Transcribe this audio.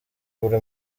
buri